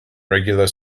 regular